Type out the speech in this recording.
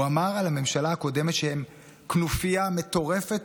הוא אמר על הממשלה הקודמת שהם כנופיה מטורפת,